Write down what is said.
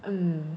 um